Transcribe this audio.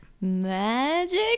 magic